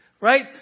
right